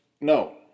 No